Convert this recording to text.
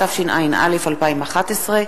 התשע”א 2011,